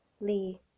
Lee